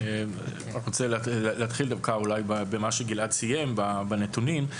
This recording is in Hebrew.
אני דווקא רוצה להתחיל במה שגלעד סיים, בנתונים.